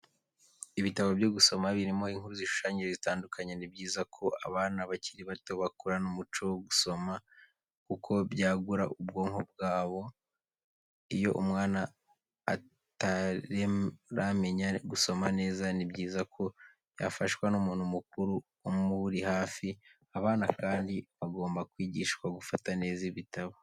Ibitabo byo gusoma birimo inkuru zishushanyije zitandukanye, ni byiza ko abana bakiri bato bakurana umuco wo gusoma kuko byagura ubwonko bwabo, iyo umwana ataramenya gusoma neza ni byiza ko yafashwa n'umuntu mukuru umuri hafi. Abana kandi bagomba kwigishwa gufata neza ibitabo.